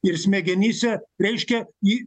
ir smegenyse reiškia jį